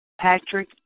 Patrick